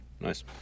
Nice